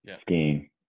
skiing